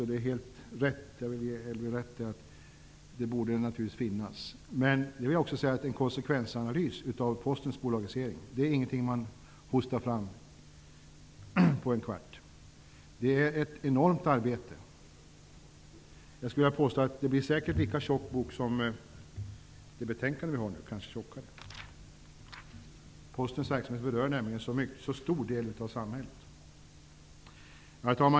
Jag vill ge henne rätt i att det naturligtvis borde finnas sådana. Men en konsekvensanalys av Postens bolagisering är inte något man hostar fram på en kvart. Det är ett enormt arbete. Jag skulle vilja påstå att det säkert blir en lika tjock bok som det betänkande vi nu behandlar, kanske tjockare. Postens verksamhet berör en så stor del av samhället.